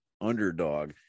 underdog